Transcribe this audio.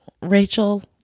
Rachel